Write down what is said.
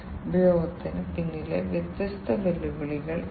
ഈ പ്രവർത്തനങ്ങൾ ചെയ്യേണ്ടതിനാൽ അതിനെ ഒരു ചക്രം എന്ന് വിളിക്കുന്നു